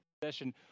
possession